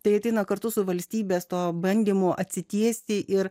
tai ateina kartu su valstybės to bandymo atsitiesti ir